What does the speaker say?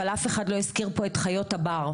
אבל אף אחד לא הזכיר פה את חיות הבר,